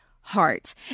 hearts